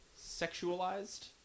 sexualized